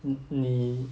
你